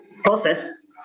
process